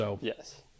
Yes